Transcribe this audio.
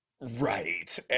Right